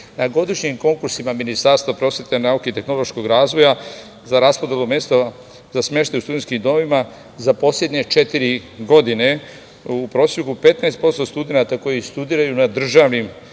Na godišnjim konkursima Ministarstva prosvete, nauke i tehnološkog razvoja za raspodelu mesta za smeštaj u studentskim domovima za poslednje četiri godine u proseku 15% studenata koji studiraju na državnim